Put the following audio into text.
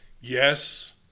yes